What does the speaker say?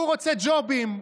הוא רוצה ג'ובים,